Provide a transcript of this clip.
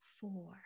Four